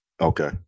Okay